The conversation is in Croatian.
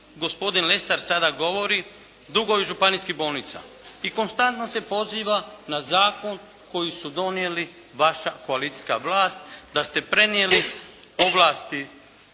gospodin Lesar sada govori, dugovi županijskih bolnica. I konstantno se poziva na zakon koji su donijeli vaša koalicijska vlast, da ste prenijeli ovlasti